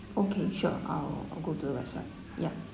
okay sure I'll I'll go to the website yup